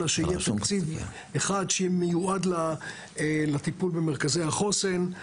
אלא שיהיה תקציב אחד שיהיה מיועד לטיפול במרכזי החוסן.